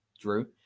drew